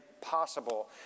possible